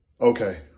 okay